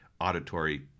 auditory